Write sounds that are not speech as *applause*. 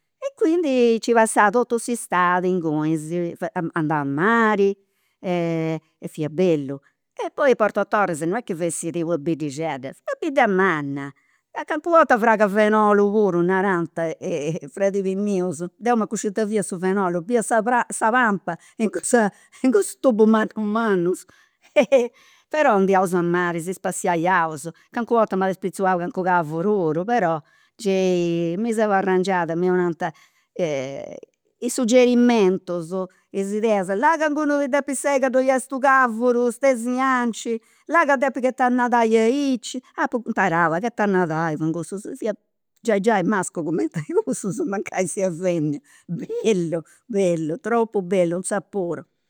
E quindi nci passat totu s'istadi ingunis *hesitation* andà a mari, *hesitation* fiat bellu, poi Portotorres non est chi fessit una biddixedda, fut una bidda manna, e calincuna 'orta a fragu de fenolo puru narant *laughs* fradilis mius. Deu mancu scidia ita fiat su fenolo, bidia sa *hesitation* sa pampa in cussa *hesitation* in cussus tubus mannus mannus *laughs* però andiaus a mari, si spassiaius, calincuna 'orta m'at spizuau calincunu cavuru puru, però gei mi seu arrangiat, mi 'onant *hesitation* i' suggerimentus is ideas, là ca inguni non ti depis sei ca ddoi est unu cavuru, stesianci, là ca depis ghetai a nadai aicci, apu imparau a ghetà a nadai cu' i cussus, fia giai giai mascu cumenti a i cussus. Mancai sia femina, bellu bellu tropu bellu insaras puru